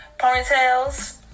Ponytails